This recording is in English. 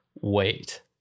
wait